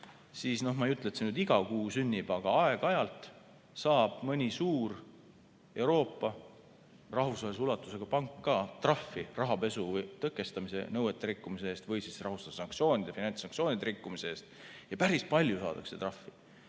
siis ma ei ütle, et see nüüd iga kuu sünnib, aga aeg-ajalt saab mõni suur Euroopa rahvusvahelise ulatusega pank ka trahvi rahapesu tõkestamise nõuete rikkumise eest või finantssanktsioonide rikkumise eest. Ja päris palju saadakse trahvi.